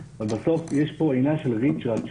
אבל בסוף יש פה עניין של ריצ'רץ'.